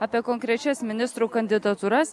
apie konkrečias ministrų kandidatūras